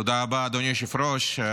תודה רבה, אדוני היושב-ראש.